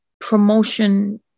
promotion